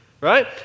right